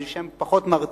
אם זה שם פחות מרתיע,